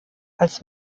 als